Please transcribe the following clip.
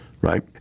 Right